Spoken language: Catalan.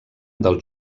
del